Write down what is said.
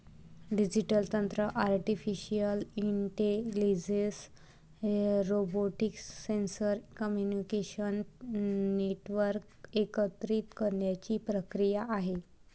digital तंत्र artificial intelligence, robotics, sensor, communication network एकत्रित करण्याची प्रक्रिया आहे